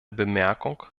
bemerkung